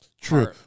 True